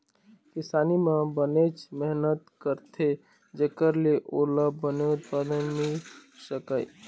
किसानी म बनेच मेहनत करथे जेखर ले ओला बने उत्पादन मिल सकय